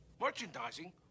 Merchandising